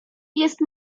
jest